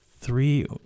three